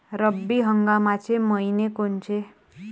रब्बी हंगामाचे मइने कोनचे?